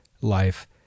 life